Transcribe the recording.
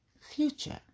future